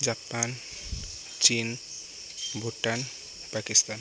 Japan ଚୀନ୍ ଭୁଟାନ ପାକିସ୍ତାନ